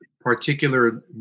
particular